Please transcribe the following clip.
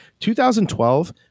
2012